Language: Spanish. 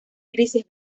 grises